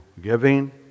giving